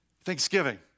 Thanksgiving